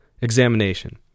examination